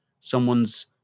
someone's